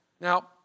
Now